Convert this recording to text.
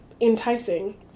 enticing